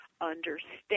understand